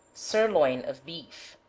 sirloin of beef.